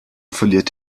verliert